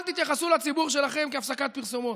אל תתייחסו לציבור שלכם כאל הפסקת פרסומות.